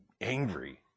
angry